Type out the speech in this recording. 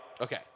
Okay